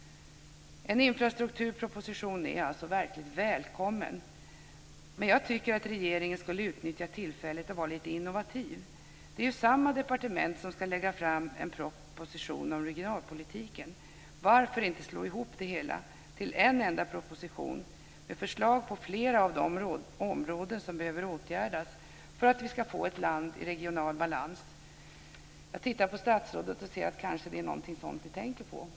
En infrastrukturproposition är alltså verkligt välkommen. Men jag tycker att regeringen skulle utnyttja tillfället att vara lite innovativ. Det är samma departement som ska lägga fram en proposition om regionalpolitiken. Varför inte slå ihop det hela till en enda proposition med förslag på flera av de områden som behöver åtgärdas för att vi ska få ett land i regional balans? Jag tittar på statsrådet och ser att det kanske är något sådant ni tänker på.